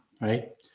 right